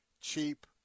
cheap